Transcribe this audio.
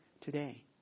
today